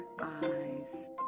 eyes